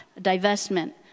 divestment